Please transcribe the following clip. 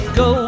go